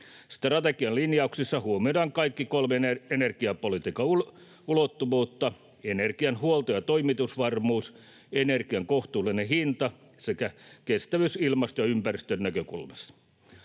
Strategian linjauksissa huomioidaan kaikki kolme energiapolitiikan ulottuvuutta: energian huolto- ja toimitusvarmuus, energian kohtuullinen hinta sekä kestävyys ilmaston ja ympäristön näkökulmasta.